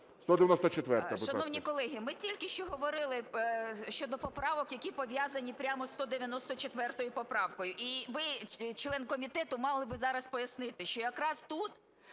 Шановні колеги, ми тільки що говорили щодо поправок, які пов'язані прямо з 194 поправкою. І ви член комітету мали би зараз пояснити, що якраз тут